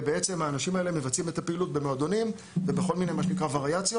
ובעצם האנשים האלה מבצעים את הפעילות במועדונים ובכל מיני וריאציות,